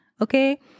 Okay